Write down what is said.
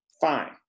Fine